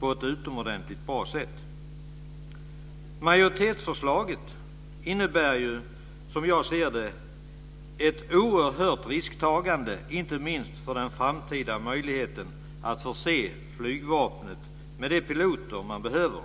på ett utomordentligt bra sätt. Majoritetsförslaget innebär, som jag ser det, ett oerhört risktagande inte minst för den framtida möjligheten att förse flygvapnet med de piloter man behöver.